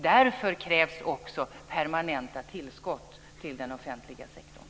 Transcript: Därför krävs också permanenta tillskott till den offentliga sektorn.